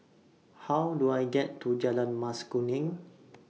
How Do I get to Jalan Mas Kuning